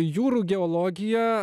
jūrų geologija